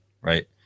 right